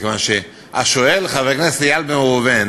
מכיוון שהשואל, חבר הכנסת איל בן ראובן,